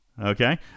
okay